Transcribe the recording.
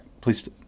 Please